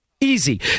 Easy